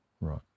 Right